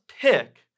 pick